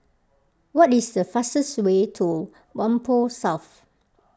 what is the fastest way to Whampoa South